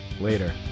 Later